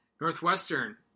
Northwestern